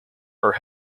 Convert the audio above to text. are